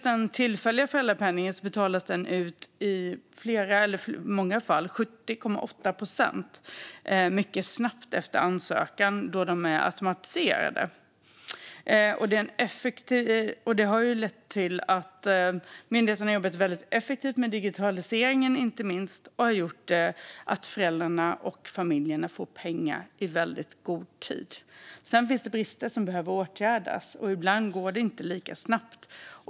Den tillfälliga föräldrapenningen betalas i många fall, 70,8 procent, ut mycket snabbt efter ansökan då dessa är automatiserade. Myndigheten har jobbat mycket effektivt med digitalisering. Det har inte minst gjort att föräldrarna och familjerna får pengar i god tid. Sedan finns det brister som behöver åtgärdas. Ibland går det inte lika snabbt.